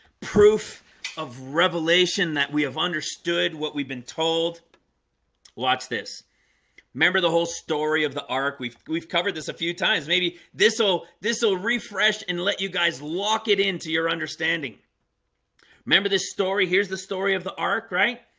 proof of revelation that we have understood what we've been told watch this remember the whole story of the ark we've we've covered this a few times maybe this will this will refresh and let you guys lock it into your understanding remember this story? here's the story of the ark right?